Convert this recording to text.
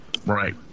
Right